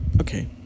okay